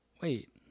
Wait